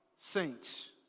Saints